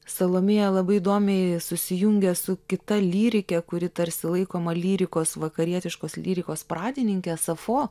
salomėja labai įdomiai susijungia su kita lyrike kuri tarsi laikoma lyrikos vakarietiškos lyrikos pradininke safo